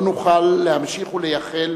לא נוכל להמשיך ולייחל